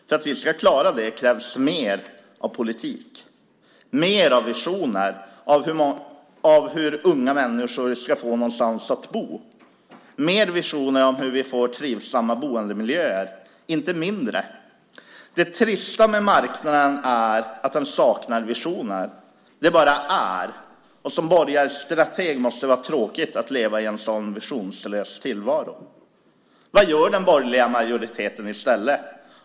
För att vi ska klara det krävs mer av politik, mer visioner om hur unga människor ska få någonstans att bo, mer visioner om hur vi får trivsamma boendemiljöer, inte mindre. Det trista med marknaden är att den saknar visioner - den bara är. Som borgarstrateg måste det vara tråkigt att leva i en så visionslös tillvaro. Vad gör den borgerliga majoriteten i stället?